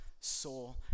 soul